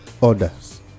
orders